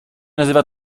nazywa